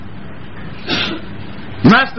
Master